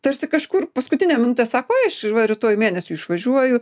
tarsi kažkur paskutinę minutę sako oi aš va rytoj mėnesiui išvažiuoju